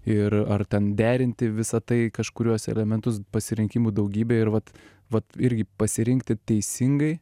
ir ar ten derinti visa tai kažkuriuos elementus pasirinkimų daugybė ir vat vat irgi pasirinkti teisingai